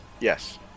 Yes